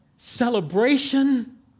Celebration